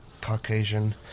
caucasian